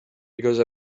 because